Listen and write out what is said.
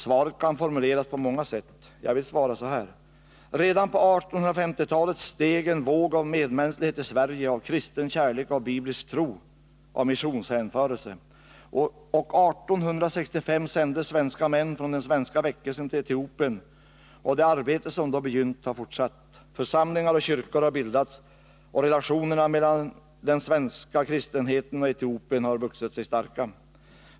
Svaret kan formuleras på många sätt. Jag vill svara så här: Redan på 1850-talet steg en våg av medmänsklighet i Sverige, av kristen kärlek, av biblisk tro och av missionshänförelse. Och 1865 sändes svenska män från den svenska väckelsen till Etiopien, och det arbete som då begynte har fortsatt. Församlingar och kyrkor har bildats, och relationerna mellan den svenska kristenheten och Etiopien har vuxit sig starka.